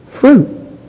fruit